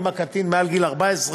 אם הקטין מעל גיל 14,